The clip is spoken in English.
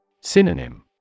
Synonym